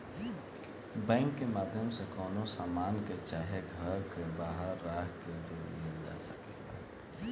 bank के माध्यम से कवनो सामान के चाहे घर के बांहे राख के भी लिहल जा सकेला